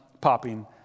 popping